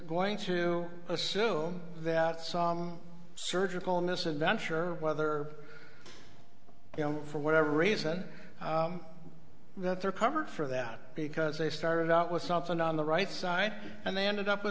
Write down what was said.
going to assume that some surgical misadventure whether you know for whatever reason that they're covered for that because they started out with something on the right side and they ended up